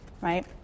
right